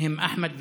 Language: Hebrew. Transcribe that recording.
הם אחמד וסונדוס?